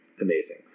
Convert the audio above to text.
Amazing